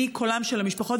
אני קולן של המשפחות,